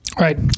Right